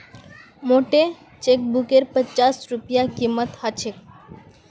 मोटे चेकबुकेर पच्चास रूपए कीमत ह छेक